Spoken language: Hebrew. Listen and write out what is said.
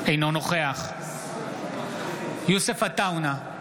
אינו נוכח יוסף עטאונה,